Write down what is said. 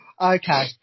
Okay